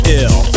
ill